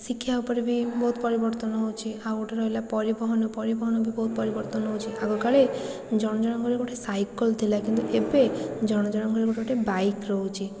ଶିକ୍ଷା ଉପରେ ବି ବହୁତ ପରିବର୍ତ୍ତନ ହେଉଛି ଆଉ ଗୋଟେ ରହିଲା ପରିବହନ ପରିବହନ ବି ବହୁତ ପରିବର୍ତ୍ତନ ହେଉଛି ଆଗକାଳେ ଜଣ ଜଣଙ୍କର ଗୋଟେ ସାଇକଲ୍ ଥିଲା କିନ୍ତୁ ଏବେ ଜଣ ଜଣଙ୍କର ବି ଗୋଟେ ବାଇକ୍ ରହୁଛି